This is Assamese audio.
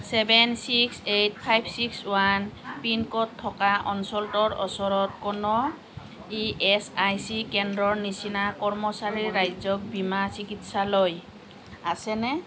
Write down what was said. seven six eight five six one pin code থকা অঞ্চলটোৰ ওচৰত কোনো ই এচ আই চি কেন্দ্ৰৰ নিচিনা কৰ্মচাৰীৰ ৰাজ্যিক বীমা চিকিৎসালয় আছেনে